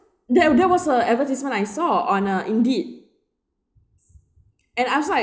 that that was a advertisement I saw on uh indeed and I was like